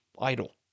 idle